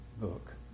book